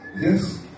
Yes